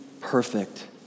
perfect